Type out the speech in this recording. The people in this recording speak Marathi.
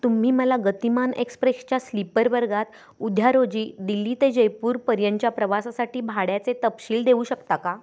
तुम्ही मला गतिमान एक्सप्रेशच्या स्लीप्पर वर्गात उद्या रोजी दिल्ली ते जयपूरपर्यंतच्या प्रवासासाठी भाड्याचे तपशील देऊ शकता का